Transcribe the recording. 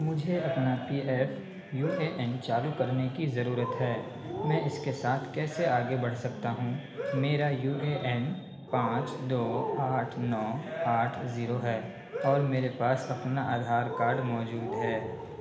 مجھے اپنا P F U A N چالو کرنے کی ضرورت ہے میں اس کے ساتھ کیسے آگے بڑھ سکتا ہوں میرا یو اے این پانچ دو آٹھ نو آٹھ زیرو ہے اور میرے پاس اپنا آدھار کاڈ موجود ہے